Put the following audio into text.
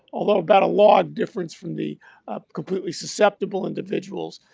although about a log difference from the completely susceptible individuals,